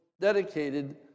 dedicated